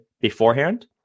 beforehand